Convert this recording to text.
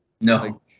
No